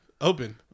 open